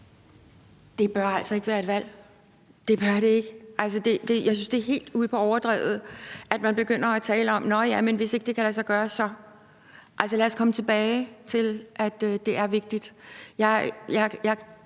Detbør altså ikke være et valg. Det bør det ikke, og jeg synes, det er helt ude på overdrevet, at man begynder at tale om det, som om det ikke kan lade sig gøre. Lad os komme tilbage til, at det er vigtigt, og jeg